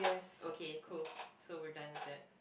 okay cool so we're done with it